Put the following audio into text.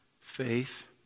faith